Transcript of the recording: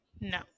No